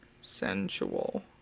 sensual